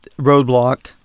roadblock